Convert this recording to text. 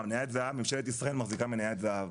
ממשלת ישראל מחזיקה מניית זהב,